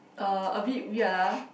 uh a bit weird ah